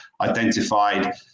identified